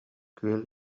күөл